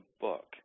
book